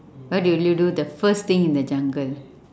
what do you do the first thing in the jungle